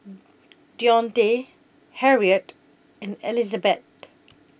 Dionte Harriet and Elizabet